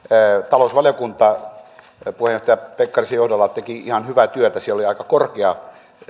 talousvaliokunta puheenjohtaja pekkarisen johdolla teki ihan hyvää työtä siellä oli aika korkea